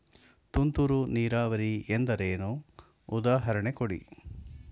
ತುಂತುರು ನೀರಾವರಿ ಎಂದರೇನು, ಉದಾಹರಣೆ ಕೊಡಿ?